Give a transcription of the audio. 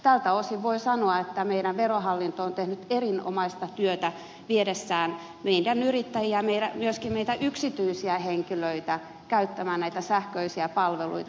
tältä osin voi sanoa että verohallinto on tehnyt erinomaista työtä viedessään meidän yrittäjiä myöskin meitä yksityisiä henkilöitä käyttämään näitä sähköisiä palveluita